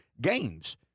games